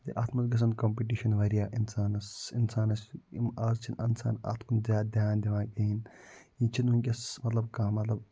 زِ اتھ مَنٛز گَژھَن کَمپِٹِشَن واریاہ اِنسانَس اِنسان یم آز چھِ نہ اِنسان اتھ کُن زیادٕ دیان دِوان کِہیٖنۍ یہِ چھ نہٕ ونکیٚس مَطلَب کانٛہہ مَطلَب